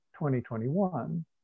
2021